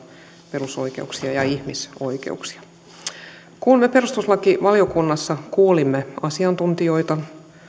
perusoikeuksia ja ihmisoikeuksia kun me perustuslakivaliokunnassa kuulimme asiantuntijoita